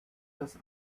das